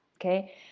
Okay